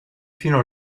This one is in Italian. fino